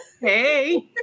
Hey